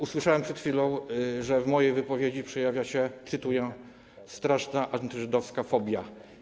Usłyszałem przed chwilą, że w mojej wypowiedzi przejawia się „straszna antyżydowska fobia”